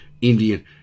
Indian